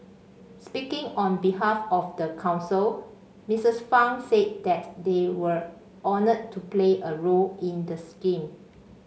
speaking on behalf of the council Mistress Fang said that they were honoured to play a role in the scheme